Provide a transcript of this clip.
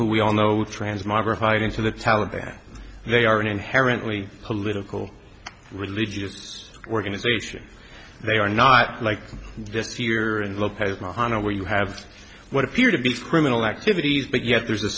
who we all know transmogrified into the taliban they are an inherently political religious organization they are not like just fear and lopez mana where you have what appear to be criminal activities but yet there's a